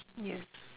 yes